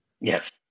Yes